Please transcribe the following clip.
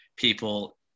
People